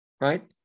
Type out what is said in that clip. right